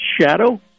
shadow